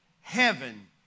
heaven